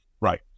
Right